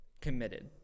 committed